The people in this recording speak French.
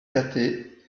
quater